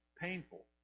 painful